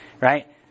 right